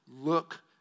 Look